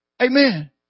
Amen